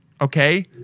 Okay